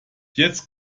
jetzt